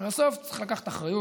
ובסוף צריך לקחת אחריות.